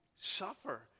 suffer